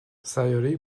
سیارهای